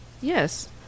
Yes